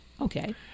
Okay